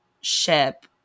ship